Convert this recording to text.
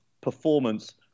performance